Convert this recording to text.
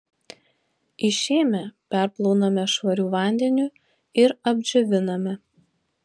išėmę perplauname švariu vandeniu ir apdžioviname